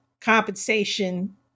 compensation